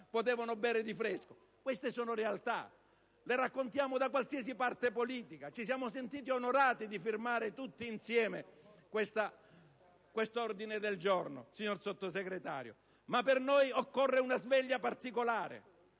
potevano bere di fresco. Queste sono realtà, le raccontiamo a prescindere dalla parte politica; ci siamo sentiti onorati di firmare tutti insieme questo ordine del giorno, signor Sottosegretario, ma per noi occorre una sveglia particolare,